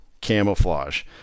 camouflage